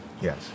Yes